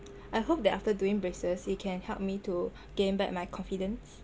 I hope that after doing braces it can help me to gain back my confidence